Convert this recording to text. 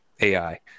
AI